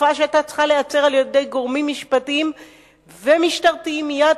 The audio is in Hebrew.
תופעה שהיתה צריכה להיעצר על-ידי גורמים משפטיים ומשטרתיים מייד,